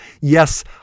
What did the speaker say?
Yes